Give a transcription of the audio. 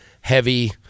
heavy-